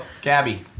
Gabby